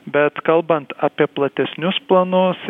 bet kalbant apie platesnius planus